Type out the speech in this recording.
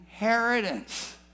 inheritance